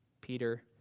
Peter